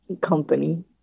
Company